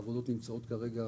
העבודות נמצאות כרגע